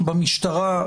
במשטרה,